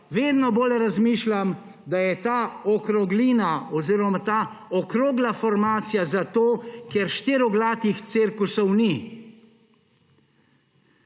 vedno bolj razmišljam, da je ta okroglina oziroma ta okrogla formacija zato, ker štirioglatih cirkusov ni.